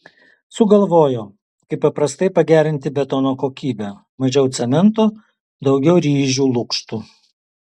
sugalvojo kaip paprastai pagerinti betono kokybę mažiau cemento daugiau ryžių lukštų